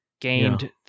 Gained